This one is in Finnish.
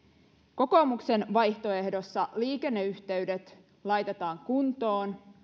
kokoomuksen vaihtoehdossa liikenneyhteydet laitetaan kuntoon